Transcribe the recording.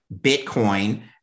Bitcoin